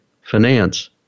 finance